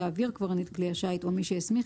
יעביר קברניט כלי השיט או מי שהסמיך